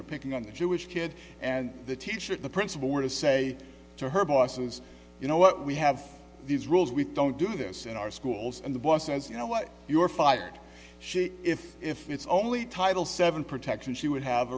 there picking on the jewish kid and the teacher the principal were to say to her bosses you know what we have these rules we don't do this in our schools and the boss says you know what you are fired if if it's only title seven protection she would have